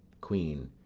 queen.